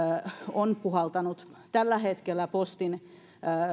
on puhaltanut tällä hetkellä postin